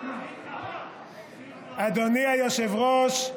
אדוני היושב-ראש,